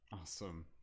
awesome